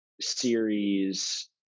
series